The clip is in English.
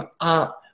up